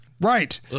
Right